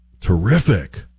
terrific